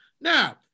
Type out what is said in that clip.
Now